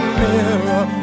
mirror